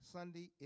Sunday